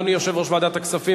אדוני יושב-ראש ועדת הכספים,